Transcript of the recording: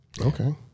Okay